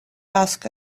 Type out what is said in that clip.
ask